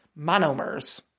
monomers